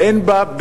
אין בהם,